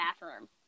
bathroom